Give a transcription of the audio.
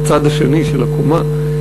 בצד השני של הקומה,